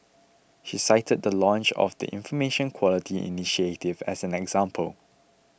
she cited the launch of the Information Quality initiative as an example